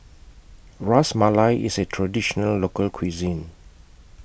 Ras Malai IS A Traditional Local Cuisine